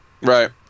Right